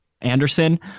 Anderson